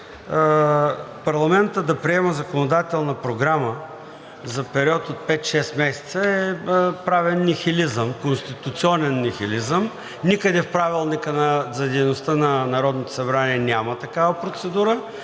парламентът да приема законодателна програма за период от пет шест месеца е правен нихилизъм, конституционен нихилизъм. Никъде в Правилника за дейността на Народното събрание няма такава процедура.